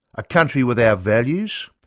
a country with our values,